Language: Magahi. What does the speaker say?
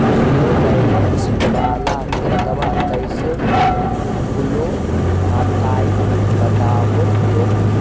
जीरो बैलेंस वाला खतवा कैसे खुलो हकाई बताहो तो?